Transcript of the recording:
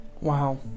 Wow